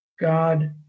God